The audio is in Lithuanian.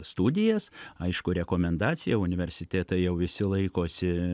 studijas aišku rekomendacija universitetai jau visi laikosi